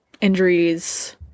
injuries